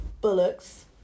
bullocks